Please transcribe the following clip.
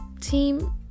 Team